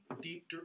deep